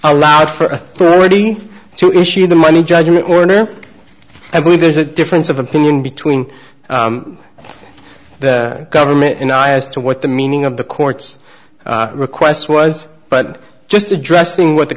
allowed for authority to issue the money judgment order i believe there's a difference of opinion between the government and i as to what the meaning of the court's request was but just addressing what the